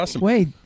Wait